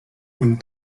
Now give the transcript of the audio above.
und